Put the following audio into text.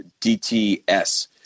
DTS